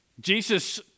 Jesus